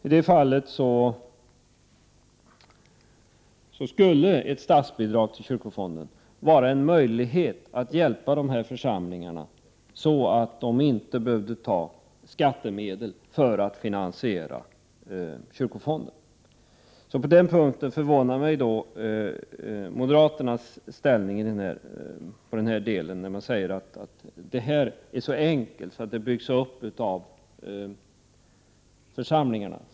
I det fallet skulle statsbidrag till kyrkofonden vara en möjlighet att hjälpa dessa församlingar, så att de inte behövde ta av skattemedel för att finansiera kyrkofonden. På den punkten förvånar mig moderaternas inställning då de säger att fonden byggs upp av församlingarna.